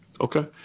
Okay